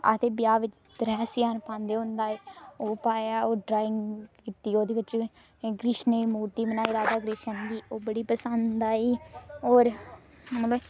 आखदे ब्याह बिच त्रै शियार पांदे होंदा ओह् पाया ड्राइंग कीती ओहदे बिच में राधा कृष्ण दी मूर्ती बनाई में ओह् बड़ी पसंद आई और में